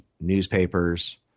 newspapers